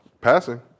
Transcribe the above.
Passing